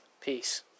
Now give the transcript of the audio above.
Peace